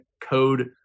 code